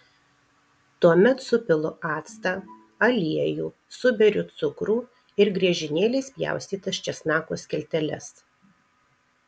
tuomet supilu actą aliejų suberiu cukrų ir griežinėliais pjaustytas česnako skilteles